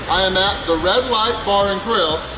i am at the red light bar and grill.